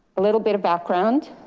a little bit of background.